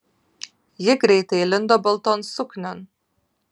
ji greitai įlindo balton suknion